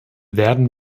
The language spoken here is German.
werden